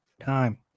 time